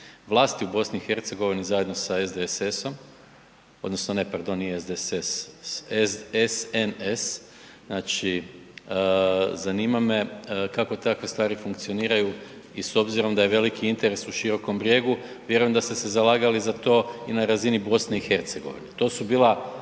vlasti u BiH zajedno sa SDSS-om odnosno na pardon nije SDSS s SNS, znači zanima me kako takve stvari funkcioniraju i s obzirom da je veliki interes u Širokom Brijegu vjerujem da ste se zalagali za to i na razini BiH. To su bila